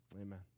Amen